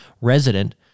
resident